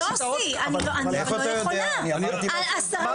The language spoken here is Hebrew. זה דבר